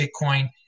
Bitcoin